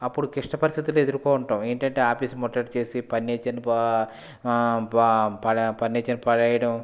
అప్పుడు కిష్ట పరిస్థితులు ఎదుర్కొంటాం ఏంటంటే ఆఫీస్ ముట్టడి చేసి ఫర్నీచర్ పా పా పా ఫర్నీచర్ పాడేయడం